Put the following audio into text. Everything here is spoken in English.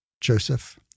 Joseph